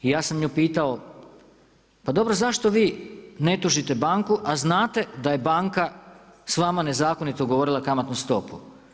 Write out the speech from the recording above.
I ja sam nju pitao pa dobro zašto vi ne tužite banku, a znate da ja banka sa vama nezakonito ugovorila kamatnu stopu?